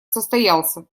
состоялся